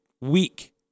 weak